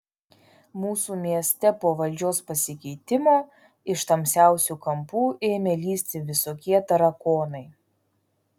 mūsų mieste po valdžios pasikeitimo iš tamsiausių kampų ėmė lįsti visokie tarakonai